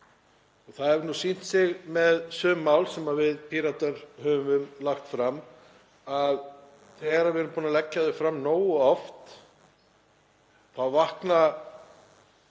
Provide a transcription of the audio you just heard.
Það hefur nú sýnt sig með sum mál sem við Píratar höfum lagt fram að þegar við erum búin að leggja þau fram nógu oft þá vakna